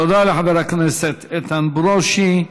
תודה לחבר הכנסת איתן ברושי.